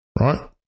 Right